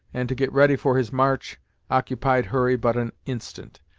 and to get ready for his march occupied hurry but an instant,